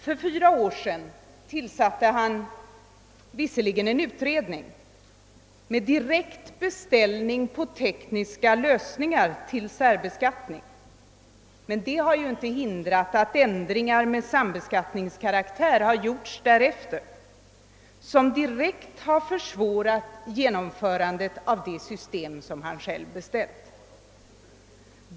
För fyra år sedan tillsatte han visserligen en utredning med direkt beställning av tekniska lösningar till särbeskattning, men det har inte hindrat att ändringar med sambeskattningskaraktär har gjorts därefter som direkt har försvårat genomförandet av det system som han själv har beställt.